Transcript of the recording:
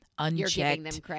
unchecked